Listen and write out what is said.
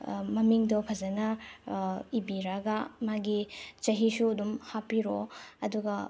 ꯃꯃꯤꯡꯗꯣ ꯐꯖꯅ ꯏꯕꯤꯔꯛꯑꯒ ꯃꯥꯒꯤ ꯆꯍꯤꯁꯨ ꯑꯗꯨꯝ ꯍꯥꯞꯄꯤꯔꯛꯑꯣ ꯑꯗꯨꯒ